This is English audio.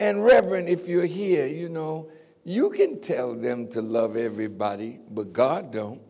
and reverend if you are here you know you can tell them to love everybody but god don't